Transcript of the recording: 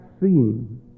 seeing